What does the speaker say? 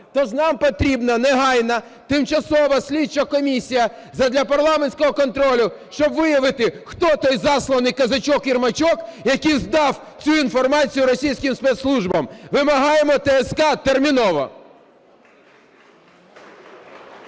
Тож нам потрібна негайно тимчасова слідча комісія задля парламентського контролю, щоб виявити хто той засланий "козачок-єрмачок", який здав цю інформацію російським спецслужбам. Вимагаємо ТСК терміново. ГОЛОВУЮЧИЙ.